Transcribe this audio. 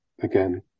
again